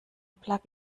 plug